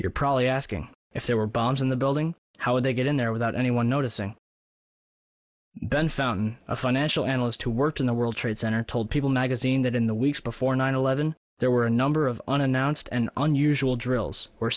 you're probably asking if there were bombs in the building how did they get in there without anyone noticing then found a financial analyst who worked in the world trade center told people magazine that in the weeks before nine eleven there were a number of unannounced and unusual drills